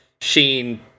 sheen